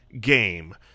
game